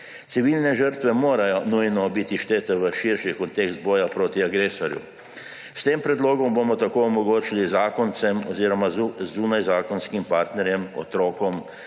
Civilne žrtve morajo nujno biti vštete v širši kontekst boja proti agresorju. S tem predlogom bomo tako omogočili zakoncem oziroma zunajzakonskim partnerjem, otrokom